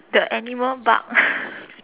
the animal bark